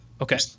Okay